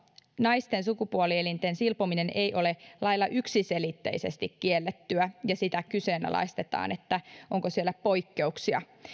naisten sukupuolielinten silpominen ei ole lailla yksiselitteisesti kiellettyä ja sitä kyseenalaistetaan että onko siellä poikkeuksia